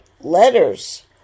letters